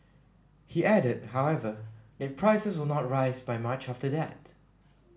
he added however that prices will not rise by much after that